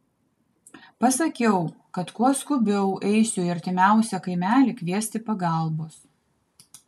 pasakiau kad kuo skubiau eisiu į artimiausią kaimelį kviesti pagalbos